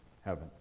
heaven